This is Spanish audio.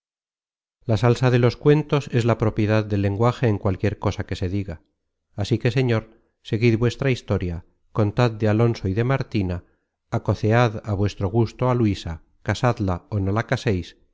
la salsa de los cuentos es la propiedad del lenguaje en cualquiera cosa que se diga así que señor seguid vuestra historia contad de alonso y de martina acocead á vuestro gusto á luisa casadla ó no la caseis